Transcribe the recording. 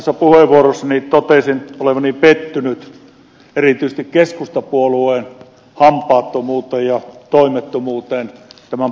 äskeisessä puheenvuorossani totesin olevani pettynyt erityisesti keskustapuolueen hampaattomuuteen ja toimettomuuteen tämän postilain kohdalla